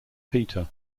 peter